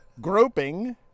Groping